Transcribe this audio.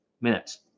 minutes